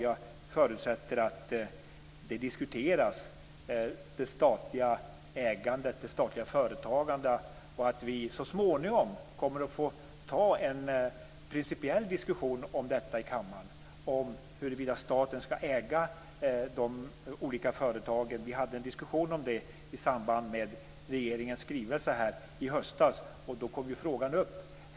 Jag förutsätter att det statliga företagandet diskuteras och att vi så småningom får ta en principiell diskussion i kammaren om huruvida staten skall äga de olika företagen. Vi hade en diskussion om det i samband med regeringens skrivelse i höstas, och då kom frågan upp.